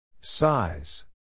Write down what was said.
Size